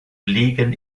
fliegen